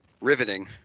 Riveting